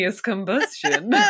combustion